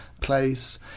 place